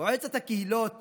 מועצת הקהילות